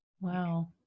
Wow